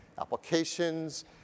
applications